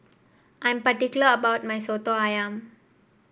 I'm particular about my soto ayam